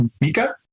Mika